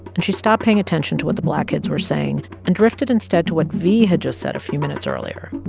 and she stopped paying attention to what the black kids were saying and drifted, instead, to what v had just said a few minutes earlier